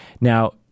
Now